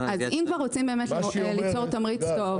אם אנחנו רוצים ליצור תמריץ טוב,